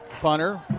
punter